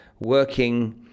working